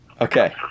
Okay